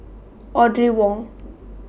Audrey Wong